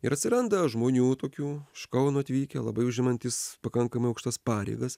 ir atsiranda žmonių tokių iš kauno atvykę labai užimantys pakankamai aukštas pareigas